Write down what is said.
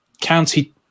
County